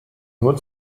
nur